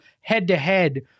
head-to-head